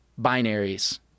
binaries